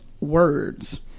words